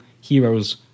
heroes